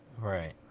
right